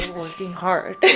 working hard.